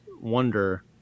wonder